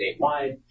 statewide